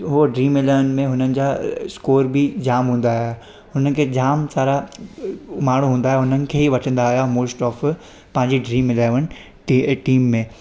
उहा Dream Eleven में हुननि जा स्कोर बि जाम हूंदा हुआ हुनखे जाम सारा माण्हू हूंदा हुआ हुननि खे ई वठंदा हुआ मोस्ट ऑफ पंहिंजी ड्रीम इलेवन टी टीम में